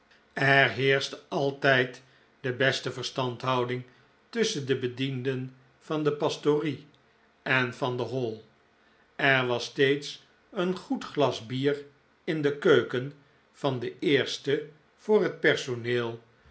er heerschte altijd de beste verstandhouding tusschen de bedienden van de pastorie en van de hall er was steeds een goed glas bier in de keuken van de eerste voor het personeel